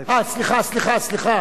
סליחה, סליחה.